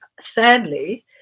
sadly